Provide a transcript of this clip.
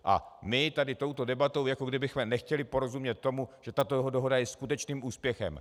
A my touto debatou jako kdybychom nechtěli porozumět tomu, že tato dohoda je skutečným úspěchem.